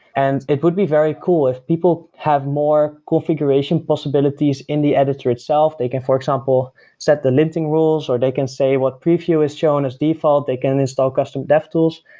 and it would be very cool if people have more configuration possibilities in the editor itself, they can for example set the linting rules, or they can say what preview is shown as default, they can install custom dev tools.